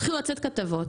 התחילו לצאת כתבות.